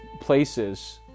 places